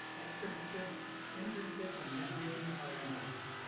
externships, internships and networking are endless.